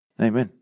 Amen